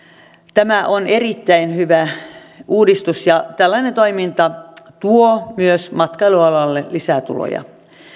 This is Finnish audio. tämä on erittäin hyvä uudistus ja tällainen toiminta tuo myös matkailualalle lisää tuloja